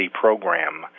program